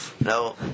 No